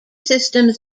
systems